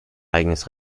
eigenes